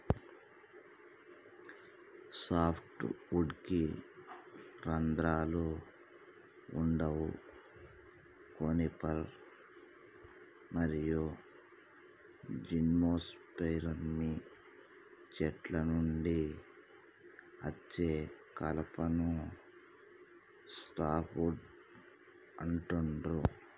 soft వుడ్కి రంధ్రాలు వుండవు కోనిఫర్ మరియు జిమ్నోస్పెర్మ్ చెట్ల నుండి అచ్చే కలపను సాఫ్ట్ వుడ్ అంటుండ్రు